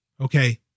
Okay